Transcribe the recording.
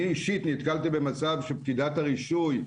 אני אישית נתקלתי במצב שפקידת הרישוי,